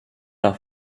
auf